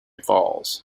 falls